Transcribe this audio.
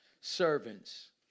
servants